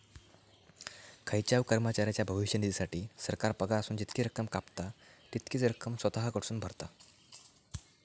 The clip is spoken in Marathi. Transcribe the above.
खायच्याव कर्मचाऱ्याच्या भविष्य निधीसाठी, सरकार पगारातसून जितकी रक्कम कापता, तितकीच रक्कम स्वतः कडसून भरता